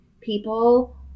people